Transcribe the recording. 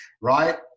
right